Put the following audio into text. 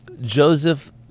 Joseph